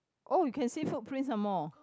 oh you can see footprints some more